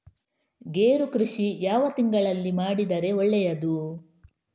ಗೇರು ಕೃಷಿ ಯಾವ ತಿಂಗಳಲ್ಲಿ ಮಾಡಿದರೆ ಒಳ್ಳೆಯದು?